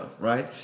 right